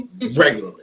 regularly